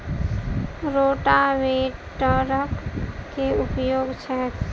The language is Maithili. रोटावेटरक केँ उपयोग छैक?